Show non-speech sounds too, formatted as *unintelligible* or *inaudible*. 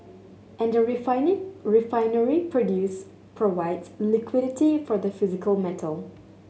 and a *unintelligible* refinery produces provides liquidity for the physical metal